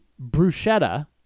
bruschetta